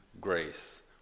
grace